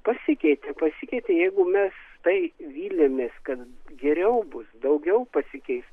pasikeitė pasikeitė jeigu mes taip vylėmės kad geriau bus daugiau pasikeis